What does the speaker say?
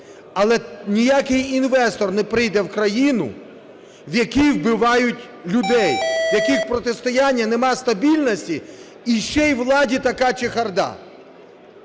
але ніякий інвестор не прийде в країну, в якій вбивають людей, в якій протистояння, немає стабільності і ще й у владі така чехарда.